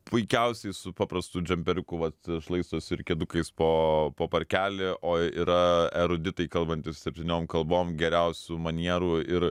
puikiausiai su paprastu džemperiuku vat šlaistosi ir kedukais po po parkelį o yra eruditai kalbantys septyniom kalbom geriausių manierų ir